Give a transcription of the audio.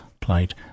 played